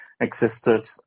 existed